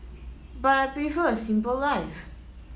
but I prefer a simple life